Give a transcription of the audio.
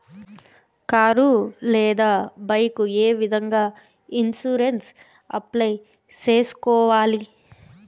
car లేదా bike ఏ విధంగా ఇన్సూరెన్సు అప్లై సేసుకోవాలి